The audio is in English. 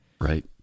Right